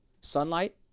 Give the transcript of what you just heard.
sunlight